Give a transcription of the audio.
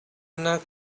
knock